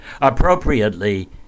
Appropriately